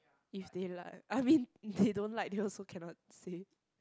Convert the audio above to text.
if they like I mean if they don't like they also cannot say